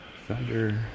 Thunder